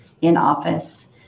in-office